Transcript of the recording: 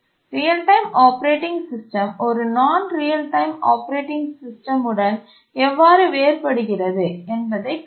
real time operating system ஒரு நான் real time operating system உடன் எவ்வாறு வேறுபடுகிறது என்பதைக் கண்டோம்